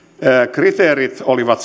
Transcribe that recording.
kriteerit olivat